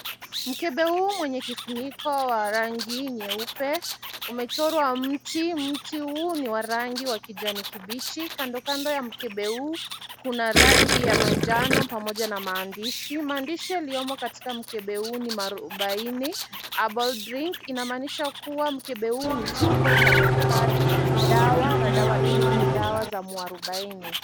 Mkebe huu wenye kifuniko wa rangi nyeupe umechorwa mti, mti huu ni wa rangi ya kijani kibichi, kando kando wa mkebe huu kuna rangi ya manjano pamoja na maandishi, maandishi yaliyomo katika mkebe huu mwarubaini herbal drink kumaanisha kuwa mkebe huu ni chombo cha kuhifadhi dawa, na dawa hizi ni za mwarubaini.